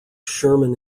sherman